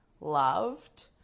loved